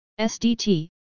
SDT